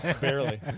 barely